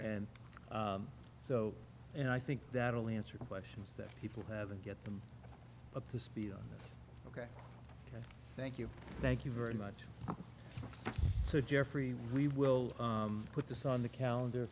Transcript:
and so and i think that only answer questions that people have and get them up to speed on this ok thank you thank you very much so jeffrey we will put this on the calendar